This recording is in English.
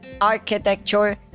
architecture